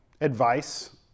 advice